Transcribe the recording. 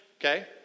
Okay